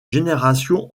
génération